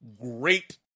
great